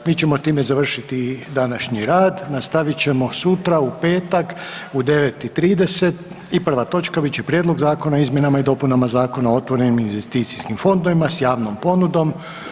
Mi ćemo time završiti današnji rad, nastavit ćemo sutra u petak u 9,30 i prva točka bit će Prijedlog zakona o izmjenama i dopunama Zakona o otvorenim investicijskim fondovima s javnom ponudom.